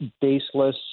baseless